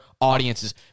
audiences